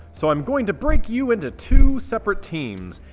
so i'm going to break you into two separate teams.